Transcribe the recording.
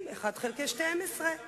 , הרוב טועים תמיד.